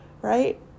right